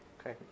Okay